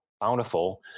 Bountiful